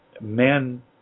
Men